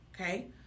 okay